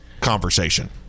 conversation